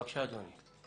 בבקשה, אדוני.